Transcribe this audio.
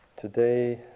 today